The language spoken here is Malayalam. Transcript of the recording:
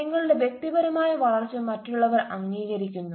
നിങ്ങളുടെ വ്യക്തിപരമായ വളർച്ച മറ്റുള്ളവർ അംഗീകരിക്കുന്നു